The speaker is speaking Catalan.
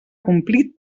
complit